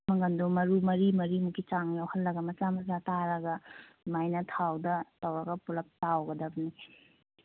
ꯃꯪꯒꯟꯗꯣ ꯃꯔꯨ ꯃꯔꯤ ꯃꯔꯤꯃꯨꯛꯀꯤ ꯆꯥꯡ ꯌꯥꯎꯍꯜꯂꯒ ꯃꯆꯥ ꯃꯆꯥ ꯇꯥꯔꯒ ꯁꯨꯃꯥꯏꯅ ꯊꯥꯎꯗ ꯇꯧꯔꯒ ꯄꯨꯂꯞ ꯇꯥꯎꯒꯗꯕꯅꯦ